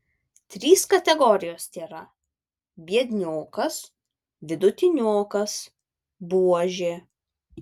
trys kategorijos tėra biedniokas vidutiniokas buožė